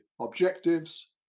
objectives